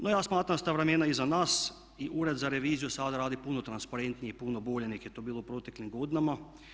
No ja smatram da su ta vremena iza nas i Ured za reviziju sada radi puno transparentnije i puno bolje nego je to bilo u proteklim godinama.